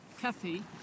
Kathy